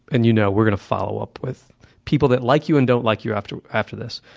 and you know we're going to follow up with people that like you and don't like you, after after this.